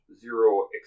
zero